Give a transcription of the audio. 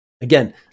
Again